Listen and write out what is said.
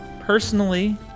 personally